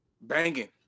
Banging